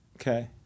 Okay